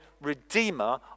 redeemer